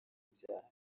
ibyara